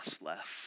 left